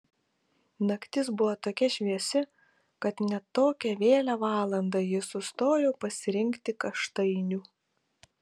naktis buvo tokia šviesi kad net tokią vėlią valandą ji sustojo pasirinkti kaštainių